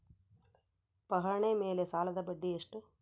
ಪಹಣಿ ಮೇಲೆ ಸಾಲದ ಬಡ್ಡಿ ಎಷ್ಟು?